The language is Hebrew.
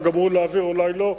אולי כבר גמרו להעביר, אולי לא.